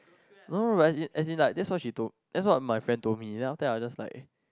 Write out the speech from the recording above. no no no as in like that's what she told that's what my friend told me then after that I was just like